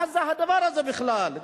מה הדבר הזה בכלל?